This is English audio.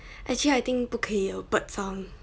actually I think 不可以有 bird sound